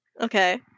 Okay